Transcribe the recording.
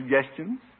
suggestions